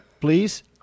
Please